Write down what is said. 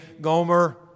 Gomer